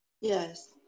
Yes